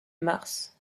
mars